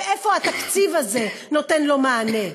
ואיפה התקציב הזה נותן לו מענה?